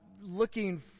looking